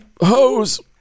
hose